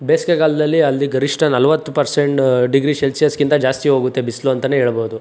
ಬೇಸ್ಗೆಗಾಲದಲ್ಲಿ ಅಲ್ಲಿ ಗರಿಷ್ಟ ನಲ್ವತ್ತು ಪರ್ಸೆಂಡ್ ಡಿಗ್ರಿ ಶೆಲ್ಸಿಯಸ್ಕ್ಕಿಂತ ಜಾಸ್ತಿ ಹೋಗುತ್ತೆ ಬಿಸಿಲು ಅಂತಲೇ ಹೇಳ್ಬೋದು